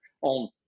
on